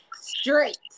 straight